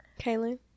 Kaylin